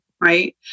right